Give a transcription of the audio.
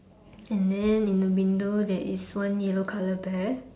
and then in the window there is one yellow color bear